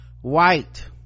white